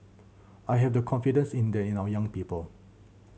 I have the confidence in that in our young people